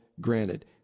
Granted